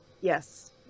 Yes